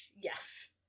Yes